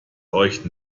euch